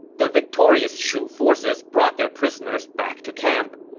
the victorious shu forces brought their prisoners back to camp.